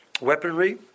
weaponry